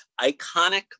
iconic